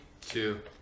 two